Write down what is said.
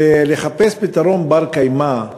לחפש פתרון בר-קיימא,